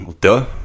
duh